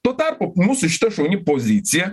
tuo tarpu mūsų šitą šauni pozicija